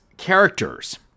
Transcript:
Characters